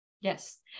Yes